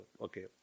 okay